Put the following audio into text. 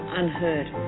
unheard